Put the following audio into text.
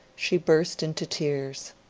she burst into tears.